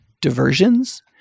diversions